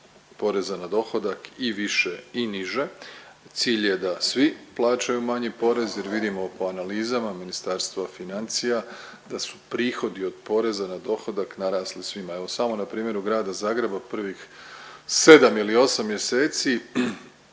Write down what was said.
poreza na dohodak i više i niže. Cilj je da svi plaćaju manji porez jer vidimo po analizama Ministarstvo financija da su prihodi od poreza na dohodak narasli svima. Evo samo na primjeru Grada Zagreba prvih sedam ili osam mjeseci